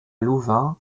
louvain